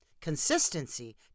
Consistency